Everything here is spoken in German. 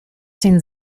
den